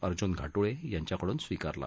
अर्जून घाट्रळे यांच्याकडुन स्वीकारला